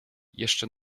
jeszcze